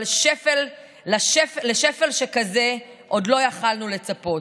אבל לשפל שכזה לא יכולנו לצפות.